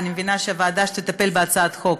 ואני מבינה שהוועדה שתטפל בהצעת החוק